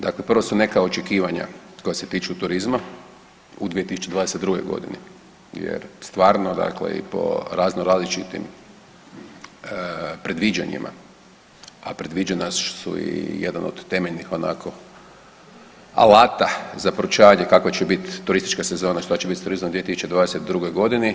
Dakle, prvo su neka očekivanja koja se tiču turizma u 2022.g. jer stvarno dakle i po razno različitim predviđanjima, a predviđanja su i jedan od temeljnih onako alata za proučavanje kakva će bit turistička sezona, šta će bit s turizmom u 2022.g.